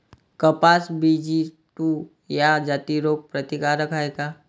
कपास BG two ह्या जाती रोग प्रतिकारक हाये का?